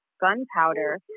gunpowder